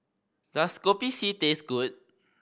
does Kopi C taste good